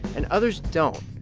and others don't?